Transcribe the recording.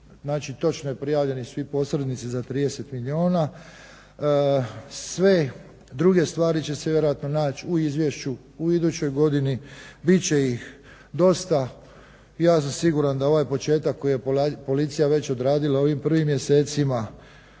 točno je prijavljeni svi posrednici za 30 milijuna. Sve druge stvari će se vjerojatno naći u izvješću u idućoj godini. Bit će ih dosta, ja sam siguran da ovaj početak koji je policija već odradila u ovim prvim mjesecima